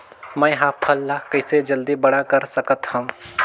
मैं ह फल ला कइसे जल्दी बड़ा कर सकत हव?